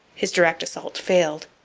his direct assault failed.